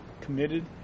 committed